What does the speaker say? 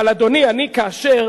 אבל, אדוני, כאשר,